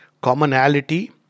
commonality